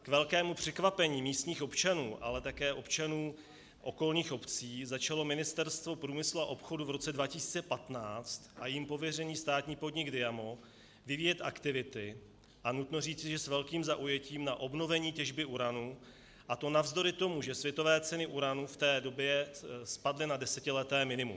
K velkému překvapení místních občanů, ale také občanů okolních obcí začalo Ministerstvo průmyslu a obchodu v roce 2015 a jím pověřený státní podnik Diamo vyvíjet aktivity, a nutno říci, že s velkým zaujetím, na obnovení těžby uranu, a to navzdory tomu, že světové ceny uranu v té době spadly na desetileté minimum.